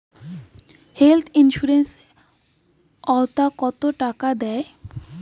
Health insurance ওত কত টাকা দেয়?